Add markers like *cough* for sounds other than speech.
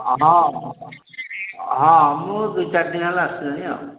ହଁ *unintelligible* ହଁ ମୁଁ ଦୁଇ ଚାରି ଦିନ ହେଲା ଆସିଲିଣି ଆଉ